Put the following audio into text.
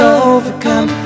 overcome